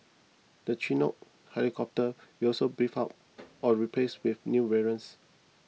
the chinook helicopters will also beefed up or replaced with new variants